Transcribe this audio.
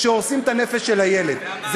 שהורסים את הנפש של הילד.